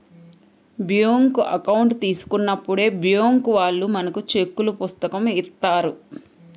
bank account తీసుకున్నప్పుడే bank వాళ్ళు మనకు చెక్కుల పుస్తకం ఇత్తారు